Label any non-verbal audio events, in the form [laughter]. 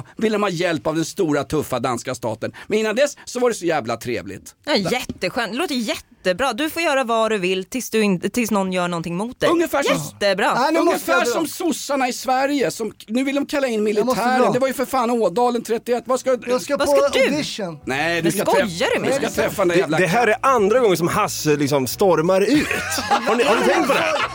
vill de ha hjälp av den stora, tuffa danska staten. Men innan dess så var det så jävla trevligt. Ja, Där- jätteskönt. Det låter jättebra. Du får göra vad du vill tills du inte- tills någon gör någonting mot dig. Ungefär som- Jättebra. Nej, nu måste jag Ungefär dra. som sossarna i Sverige som- Nu vill de kalla in Jag måste militären. dra. Det var ju för fan Ådalen 31. Vad ska- Jag ska vad ska på du? audition. Nej, du Men ska träff- skojar du du med ska mig? träffa den där Det- jävla det här katt. är andra gången som Hasse liksom stormar ut. [laughs] Har ni- har ni tänkt på det här?